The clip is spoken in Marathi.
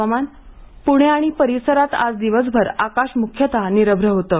हवामान पुणे आणि परिसरात आज दिवसभर आकाश मुख्यतः निरभ्र होतं